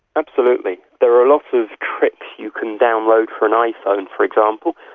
absolutely. there are a lot of tricks you can download for an iphone, for example,